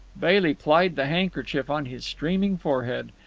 bailey plied the handkerchief on his streaming forehead.